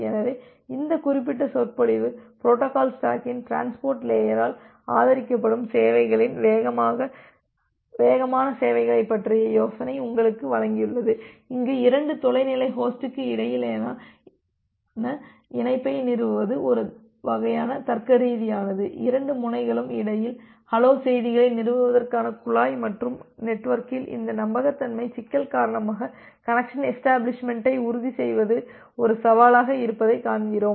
எனவே இந்த குறிப்பிட்ட சொற்பொழிவு பொரோட்டோகால் ஸ்டாக்கின் டிரான்ஸ்போர்ட் லேயரால் ஆதரிக்கப்படும் சேவைகளின் வேகமான சேவைகளைப் பற்றிய யோசனையை உங்களுக்கு வழங்கியுள்ளது அங்கு இரண்டு தொலைநிலை ஹோஸ்டுக்கு இடையிலான இணைப்பை நிறுவது ஒரு வகையான தர்க்கரீதியானது இரண்டு முனைகளுக்கு இடையில் ஹலோ செய்திகளை நிறுவுவதற்கான குழாய் மற்றும் நெட்வொர்க்கில் இந்த நம்பகத்தன்மை சிக்கல் காரணமாக கனெக்சன் எஷ்டபிளிஷ்மெண்ட்டை உறுதி செய்வது ஒரு சவாலாக இருப்பதைக் காண்கிறோம்